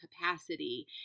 capacity